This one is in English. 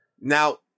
Now